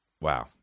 Wow